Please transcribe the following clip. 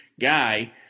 guy